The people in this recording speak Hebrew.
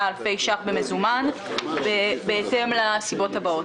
בסך של 69,549 אלפי ש"ח במזומן בהתאם לסיבות הבאות.